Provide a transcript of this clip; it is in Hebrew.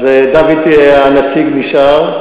אז דוד הנציג נשאר,